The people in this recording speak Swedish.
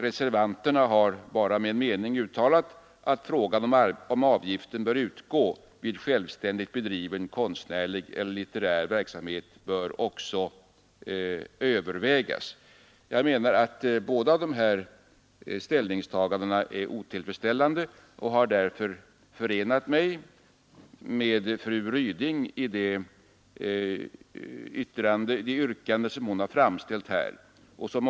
Reservanterna har bara i en mening uttalat: ”Frågan om avgiften bör utgå vid självständigt bedriven konstnärlig eller litterär verksamhet bör också övervägas.” Jag menar att båda dessa ställningstaganden är otillfredsställande och har därför förenat mig med fru Ryding i det yrkande som hon framställt här.